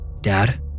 Dad